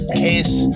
case